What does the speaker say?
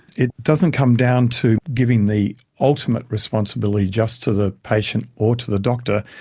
it doesn't come down to giving the ultimate responsibility just to the patient or to the doctor,